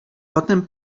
potem